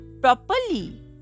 properly